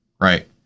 right